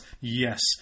Yes